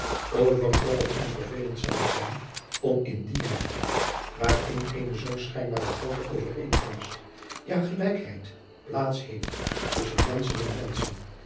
overtollig en vervelend zou het zijn om in die jaren waarin eene zoo schijnbaar groote overeenkomst ja gelijkheid plaats heeft tusschen menschen en menschen